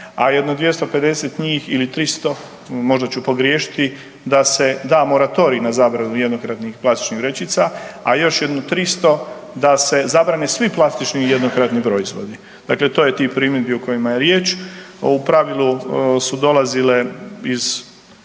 a jedno 250 njih ili 300, možda ću pogriješiti da se da moratorij na zabranu jednokratnih plastičnih vrećica, a još jedno 300 da se zabrane svi plastični jednokratni proizvodi. Dakle to je tip primjedbi o kojima je riječ. U pravilu su dolazile iz